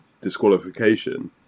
disqualification